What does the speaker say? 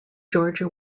georgia